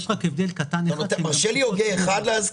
אתה מרשה לי הוגה אחד להזכיר?